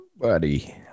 Buddy